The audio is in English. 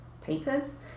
papers